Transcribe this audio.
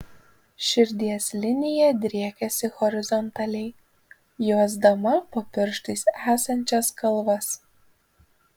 širdies linija driekiasi horizontaliai juosdama po pirštais esančias kalvas